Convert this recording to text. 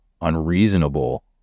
unreasonable